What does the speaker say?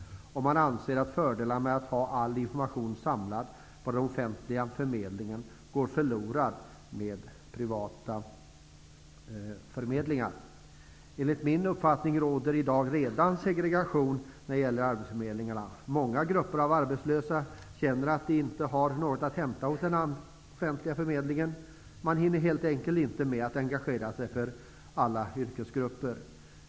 Man anser att fördelen med att ha all information samlad på den offentliga förmedlingen går förlorad med privata förmedlingar. Enligt min uppfattning råder det redan i dag segregation när det gäller arbetsförmedlingarna. Många grupper av arbetslösa känner att de inte har något att hämta hos den offentliga förmedlingen. Man hinner helt enkelt inte med att engagera sig för alla yrkesgrupper.